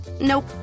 Nope